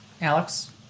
alex